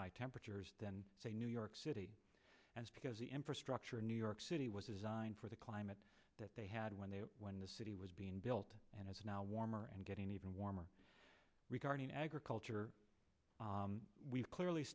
high temperatures than say new york city and because the infrastructure in new york city was designed for the climate that they had when they when the city was being built and is now warmer and getting even warmer regarding agriculture we've clearly